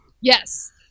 Yes